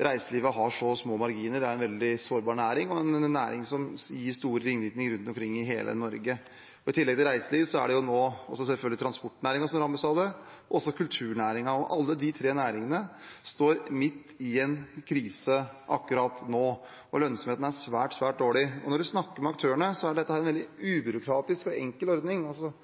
reiselivet har så små marginer. Det er en veldig sårbar næring og en næring som gir store ringvirkninger rundt omkring i hele Norge. I tillegg til reiseliv rammes nå selvfølgelig også transportnæringen og kulturnæringen. Alle de tre næringene står midt i en krise akkurat nå, og lønnsomheten er svært, svært dårlig. Når man snakker med aktørene, er dette en veldig ubyråkratisk og enkel ordning. Da